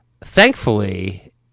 thankfully